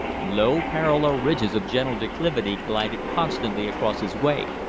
low parallel ridges of gentle declivity glided constantly across his way,